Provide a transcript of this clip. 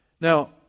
Now